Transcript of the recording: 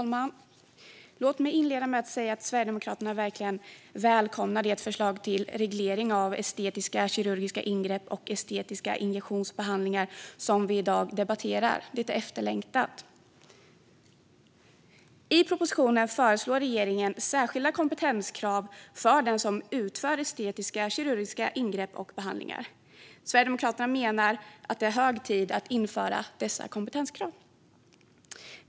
Fru talman! Låt mig inleda med att säga att Sverigedemokraterna verkligen välkomnar det förslag till reglering av estetiska kirurgiska ingrepp och estetiska injektionsbehandlingar som vi i dag ska debattera. Det är efterlängtat. I propositionen föreslår regeringen särskilda kompetenskrav för den som utför estetiska kirurgiska ingrepp och behandlingar. Sverigedemokraterna menar att det är hög tid att införa dessa kompetenskrav.